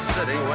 City